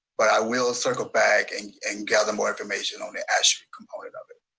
but i will circle back and and gather more information on the aashe component of it.